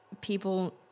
people